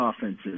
offenses